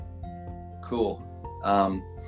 Cool